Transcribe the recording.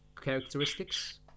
characteristics